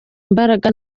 imbaraga